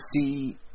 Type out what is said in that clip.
see